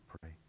pray